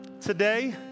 Today